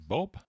Bob